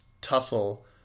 tussle